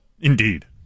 Indeed